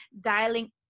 dialing